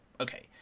okay